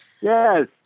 Yes